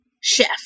chef